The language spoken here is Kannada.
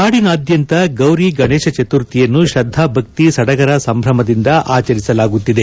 ನಾಡಿನಾದ್ಯಂತ ಗೌರಿ ಗಣೇಶ ಚತುರ್ಥಿಯನ್ನು ಶ್ರದ್ದಾ ಭಕ್ತಿ ಸಡಗರ ಸಂಭ್ರಮದಿಂದ ಆಚರಿಸಲಾಗುತ್ತಿದೆ